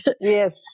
yes